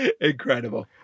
Incredible